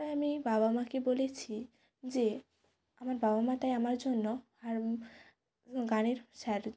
তাই আমি বাবা মাকে বলেছি যে আমার বাবা মা তাই আমার জন্য হারম গানের স্যার